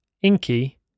Inky